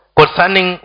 concerning